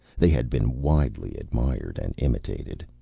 they had been widely admired and imitated.